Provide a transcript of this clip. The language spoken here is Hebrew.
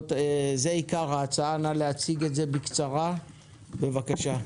זה עיקר ההצעה, נא להציג את זה בקצרה, בבקשה.